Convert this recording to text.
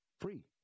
free